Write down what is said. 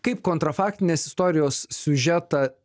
kaip kontra faktinės istorijos siužetą